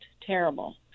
terrible